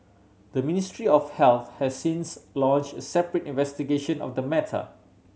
the Ministry of Health has since launch a separate investigation of the matter